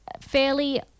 fairly